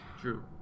True